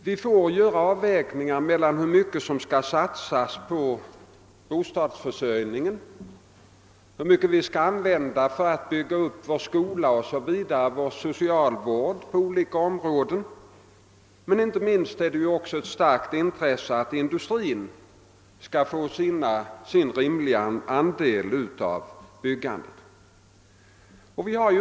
Vi får göra avvägningar mellan hur mycket som skall satsas på bostadsförsörjningen och hur mycket vi skall använda för att bygga upp skolan, socialvården 0. s. v. Inte minst är det ett starkt intresse att industrin skall få sin rimliga andel av byggandet.